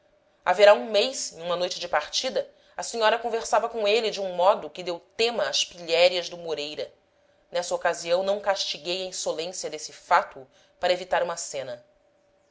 haverá um mês em uma noite de partida a senhora conversava com ele de um modo que deu tema às pilhérias do moreira nessa ocasião não castiguei a insolência desse fátuo para evitar uma cena